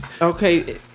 Okay